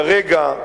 כרגע,